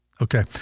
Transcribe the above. Okay